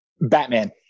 batman